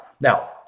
Now